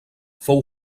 fou